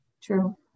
True